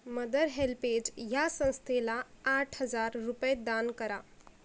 mother HelpAge ह्या संस्थेला आठ हजार रुपये दान करा